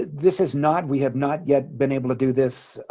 this is not we have not yet been able to do this ah,